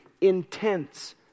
intense